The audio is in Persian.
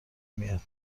میاد